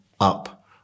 up